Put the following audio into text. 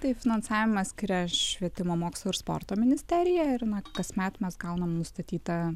taip finansavimą skiria švietimo mokslo ir sporto ministerija ir na kasmet mes gaunam nustatytą